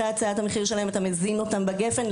אחרי הצעת המחיר שלהם אתה מזין אותם בגפ"ן,